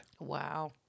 Wow